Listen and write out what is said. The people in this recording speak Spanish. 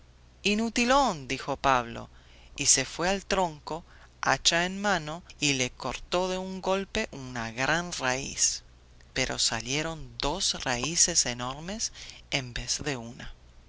inutilón dijo pablo y se fue al tronco hacha en mano y le cortó de un golpe una gran raíz pero salieron dos raíces enormes en vez de una